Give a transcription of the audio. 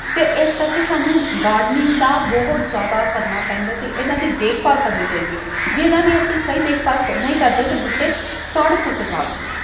ਅਤੇ ਇਸ ਕਰਕੇ ਸਾਨੂੰ ਗਾਰਡਨਿੰਗ ਦਾ ਬਹੁਤ ਜ਼ਿਆਦਾ ਕਰਨਾ ਪੈਂਦਾ ਅਤੇ ਇਹਨਾਂ ਦੀ ਦੇਖਭਾਲ ਕਰਨੀ ਚਾਹੀਦੀ ਹੈ ਜੇ ਇਹਨਾਂ ਦੀ ਅਸੀਂ ਸਹੀ ਦੇਖਭਾਲ ਕ ਨਹੀਂ ਕਰਦੇ ਤਾਂ ਬੂਟੇ ਸੜ ਸੁੱਕ ਜਾਣਗੇ